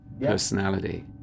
personality